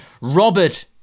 Robert